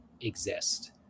exist